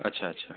আচ্ছা আচ্ছা